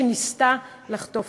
שניסתה לחטוף